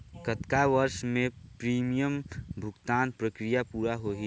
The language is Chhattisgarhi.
कतना वर्ष मे प्रीमियम भुगतान प्रक्रिया पूरा होही?